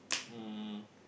um